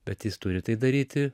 bet jis turi tai daryti